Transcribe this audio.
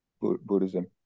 Buddhism